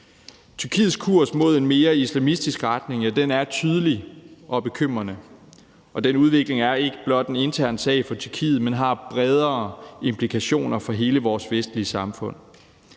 Tyrkiets kurs mod en mere islamistisk retning er tydelig og bekymrende, og den udvikling er ikke blot en intern sag for Tyrkiet, men har bredere implikationer for hele vores vestlige samfund.